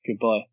Goodbye